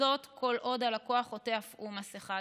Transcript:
וזאת כל עוד הלקוח עוטה אף הוא מסכה,